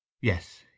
Yes